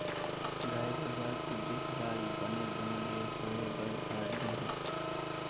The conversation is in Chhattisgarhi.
गाय गरुवा के देखभाल बने ढंग ले होय बर धर लिही